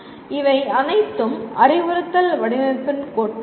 இவை அனைத்தும் அறிவுறுத்தல் வடிவமைப்பின் கோட்பாடுகள்